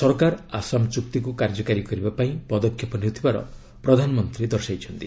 ସରକାର ଆସାମ ଚୁକ୍ତିକୁ କାର୍ଯ୍ୟକାରୀ କରିବା ପାଇଁ ପଦକ୍ଷେପ ନେଉଥିବାର ପ୍ରଧାନମନ୍ତ୍ରୀ ଦର୍ଶାଇଛନ୍ତି